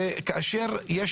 וכאשר יש